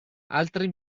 altri